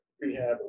rehab